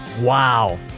wow